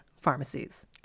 pharmacies